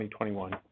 2021